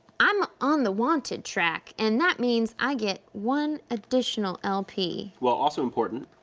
i'm on the wanted track, and that means i get one additional lp. well, also important.